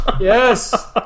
Yes